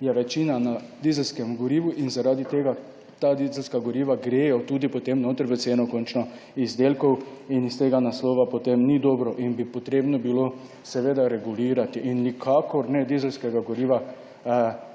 je večina na dizelskem gorivu in zaradi tega ta dizelska goriva gredo tudi potem notri v ceno končno izdelkov in iz tega naslova potem ni dobro in bi potrebno bilo seveda regulirati in nikakor ne dizelskega goriva,